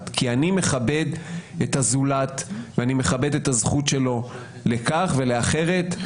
אלא כי אני מכבד את הזולת ואני מכבד את הזכות שלו לכך ולאחרת,